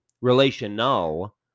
relational